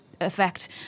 effect